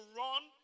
run